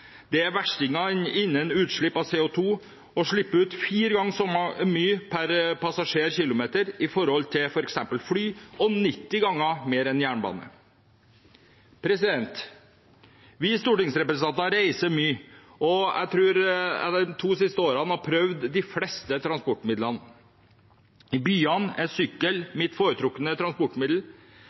De er verstinger innen utslipp av CO2 og slipper ut 4 ganger så mye per passasjerkilometer som f.eks. fly, og 90 ganger mer enn jernbane. Vi stortingsrepresentanter reiser mye, og jeg tror jeg de to siste årene har prøvd de fleste transportmidlene. I byene er sykkel mitt foretrukne transportmiddel,